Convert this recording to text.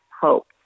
hope